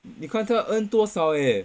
你看他 earn 多少 eh